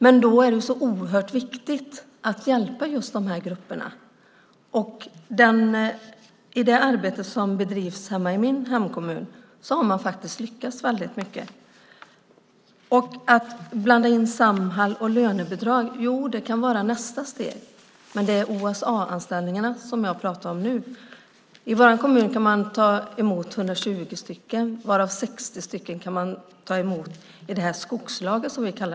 Därför är det så oerhört viktigt att hjälpa just de här grupperna. I det arbete som bedrivs hemma i min hemkommun har man faktiskt lyckats med mycket av detta. Ministern blandar in Samhall och lönebidrag. Det kan vara nästa steg, men det är OSA-anställningarna som jag pratar om nu. I vår kommun kan man ta emot 120 personer, varav 60 i det vi kallar för skogslaget.